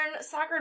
soccer